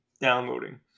downloading